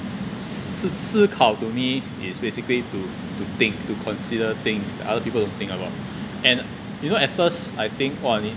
思思考 to me is basically to to think to consider things that other people don't think about and you know at first I think !wah! 你